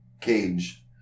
Cage